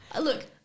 Look